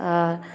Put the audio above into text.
आओर